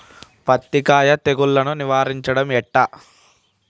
పత్తి కాయకు తెగుళ్లను నివారించడం ఎట్లా?